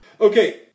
Okay